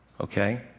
Okay